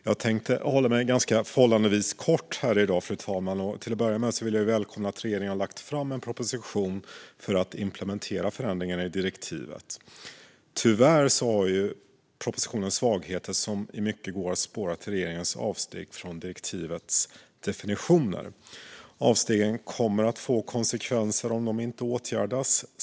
Jag tänker hålla ett förhållandevis kort anförande i dag. Till att börja med vill jag välkomna att regeringen har lagt fram en proposition för att implementera förändringarna i direktivet. Tyvärr har propositionen svagheter som till stor del går att spåra till regeringens avsteg från direktivets definitioner. Avstegen kommer att få konsekvenser om de inte åtgärdas.